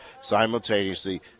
simultaneously